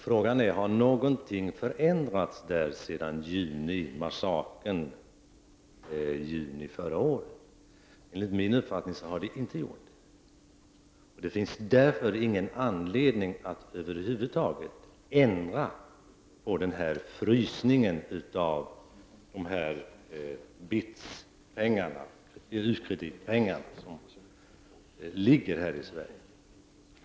Frågan är: Har någonting förändrats där sedan junimassakern förra året? Enligt min uppfattning har det inte gjort det. Det finns därför ingen anledning att över huvud taget ändra på frysningen av BITS-pengarna, u-krediter som ligger här i Sverige.